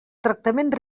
tractament